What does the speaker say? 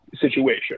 situation